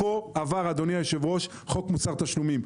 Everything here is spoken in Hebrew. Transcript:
פה עבר חוק מוסר תשלומים.